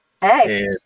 Hey